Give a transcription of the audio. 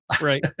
right